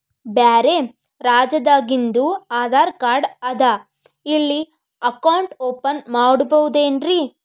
ಬ್ಯಾರೆ ರಾಜ್ಯಾದಾಗಿಂದು ಆಧಾರ್ ಕಾರ್ಡ್ ಅದಾ ಇಲ್ಲಿ ಅಕೌಂಟ್ ಓಪನ್ ಮಾಡಬೋದೇನ್ರಿ?